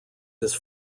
his